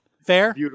Fair